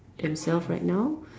themselves right now